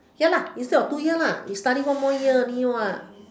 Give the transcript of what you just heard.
here lah instead of two year lah you study one more year only lah